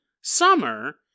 summer